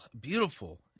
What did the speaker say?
beautiful